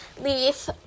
leaf